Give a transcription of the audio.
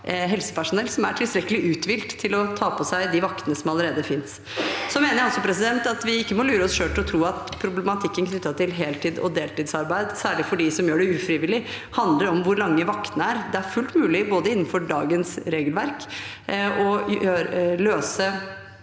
helsepersonell som er tilstrekkelig uthvilt til å ta på seg de vaktene som allerede finnes. Jeg mener også at vi ikke må lure oss selv til å tro at problematikken knyttet til heltids- og deltidsarbeid, særlig for dem som har det ufrivillig, handler om hvor lange vaktene er. Det er fullt mulig innenfor dagens regelverk å løse